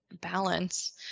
balance